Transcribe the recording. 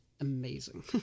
Amazing